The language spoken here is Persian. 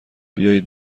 بیاید